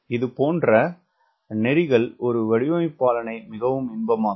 இதுபோன்ற நெறிகள் ஒரு வடிவமைப்பாளனை மிகவும் இன்பமாக்கும்